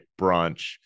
brunch